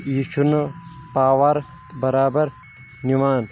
یہِ چھُنہٕ پاوَر بَرابَر نَوان